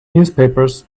newspapers